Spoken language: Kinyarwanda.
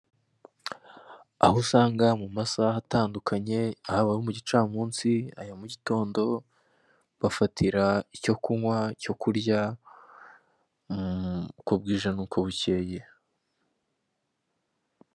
Aho usanga mu masaha atandukanye haba ayo mu gicamunsi aya mugitondo bafatira icyo kunywa icyo kurya uko bwije nuko bukeye.